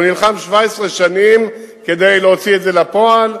שהוא נלחם 17 שנים כדי להוציא את זה לפועל,